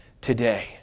today